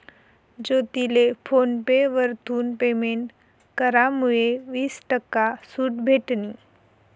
ज्योतीले PhonePe वरथून payment करामुये वीस टक्का सूट भेटनी